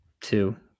two